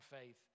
faith